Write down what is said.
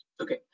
Okay